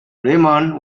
raymond